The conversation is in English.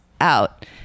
out